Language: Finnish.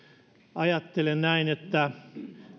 ajattelen näin että